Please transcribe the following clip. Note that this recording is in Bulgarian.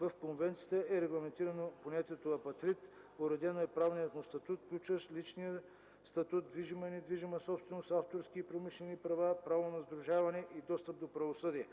В конвенцията е регламентирано понятието „апатрид”, уреден е правният му статут, включващ личния статут, движима и недвижима собственост, авторски и промишлени права, право на сдружение и достъп до правосъдие.